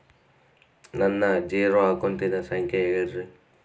ನನ್ನ ಜೇರೊ ಅಕೌಂಟಿನ ಸಂಖ್ಯೆ ಹೇಳ್ರಿ?